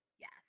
Yes